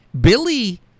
Billy